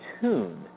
tune